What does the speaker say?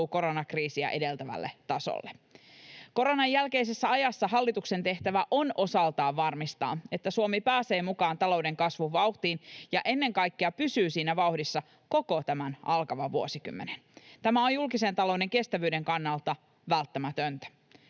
koronakriisiä edeltävälle tasolle. Koronan jälkeisessä ajassa hallituksen tehtävä on osaltaan varmistaa, että Suomi pääsee mukaan talouden kasvun vauhtiin ja ennen kaikkea pysyy siinä vauhdissa koko tämän alkavan vuosikymmenen. Tämä on julkisen talouden kestävyyden kannalta välttämätöntä.